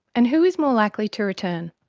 and who is more likely to return.